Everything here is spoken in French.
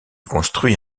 construit